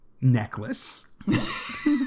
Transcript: necklace